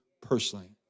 personally